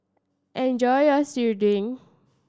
enjoy your serunding